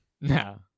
No